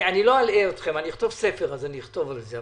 לא אלאה אתכם, כשאכתוב ספר אז אכתוב גם את זה.